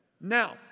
Now